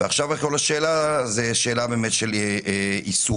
ועכשיו השאלה זה שאלה באמת של יישום.